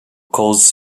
coles